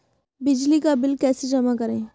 बिजली का बिल कैसे जमा करें?